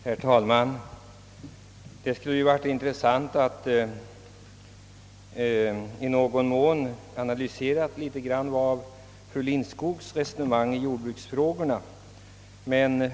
Herr talman! Det skulle ha varit intressant att analysera fru Lindskogs underliga resonemang om jordbruksfrågorna.